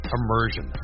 Immersion